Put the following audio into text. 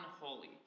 unholy